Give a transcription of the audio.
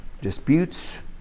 Disputes